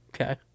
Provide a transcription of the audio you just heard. Okay